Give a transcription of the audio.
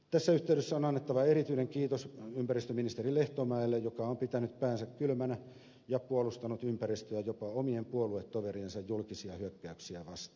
tässä yhteydessä on annettava erityinen kiitos ympäristöministeri lehtomäelle joka on pitänyt päänsä kylmänä ja puolustanut ympäristöä jopa omien puoluetoveriensa julkisia hyökkäyksiä vastaan